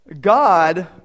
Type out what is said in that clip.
God